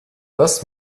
das